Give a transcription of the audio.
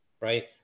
right